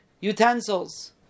utensils